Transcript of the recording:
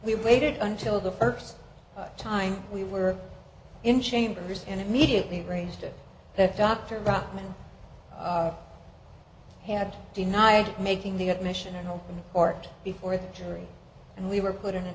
we waited until the first time we were in chambers and immediately raised it that dr bachmann had denied making the admission in open court before the jury and we were put in a